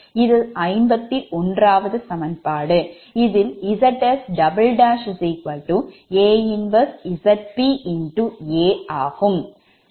இது 51 சமன்பாடு இதில் Zs A 1ZpA ஆகும்